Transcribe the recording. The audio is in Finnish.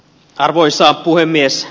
arvoisa puhemies